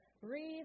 breathe